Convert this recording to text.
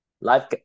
life